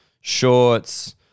shorts